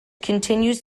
continues